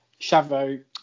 Chavo